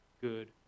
good